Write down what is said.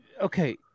okay